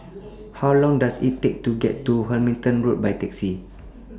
How Long Does IT Take to get to Hamilton Road By Taxi